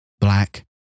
Black